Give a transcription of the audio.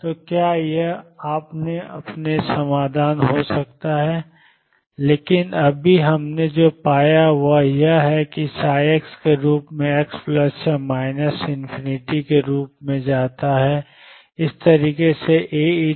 तो क्या यह अपने आप में समाधान हो सकता है लेकिन अभी हमने जो पाया है वह यह है कि ψ के रूप में x प्लस या माइनस ∞ के रूप में जाता है इस तरीके से Ae mω2ℏx2